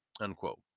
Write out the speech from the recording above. unquote